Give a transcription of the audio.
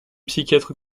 psychiatre